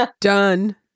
done